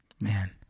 Man